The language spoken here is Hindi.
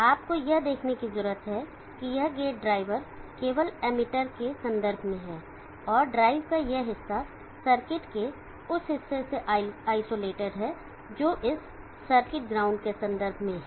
आपको यह देखने की जरूरत है कि यह गेट ड्राइवर केवल एमिटर के संदर्भ में है और ड्राइव का यह हिस्सा सर्किट के उस हिस्से से आइसोलेटेड है जो इस सर्किट ग्राउंड के संदर्भ में है